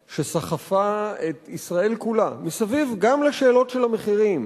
שסחפה את ישראל כולה גם מסביב לשאלות של המחירים.